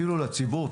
אפילו לציבור,